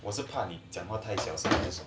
我是怕你讲话太小声 that's why